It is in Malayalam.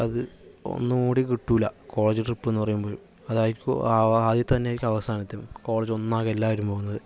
അത് ഒന്നും കൂടെ കിട്ടുകയില്ല കോളേജ് ട്രിപ്പെന്ന് പറയുമ്പോഴ് അതായിക്കോ ആദ്യത്തെ തന്നെയായിക്കും അവസാനത്തെ കോളേജൊന്നാകെ എല്ലാവരും പോകുന്നത്